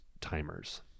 timers